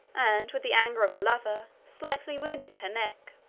and, with the anger of a lover, slightly wounded her neck.